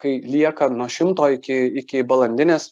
kai lieka nuo šimto iki iki balandinės